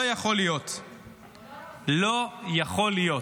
לא יכול להיות,